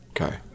Okay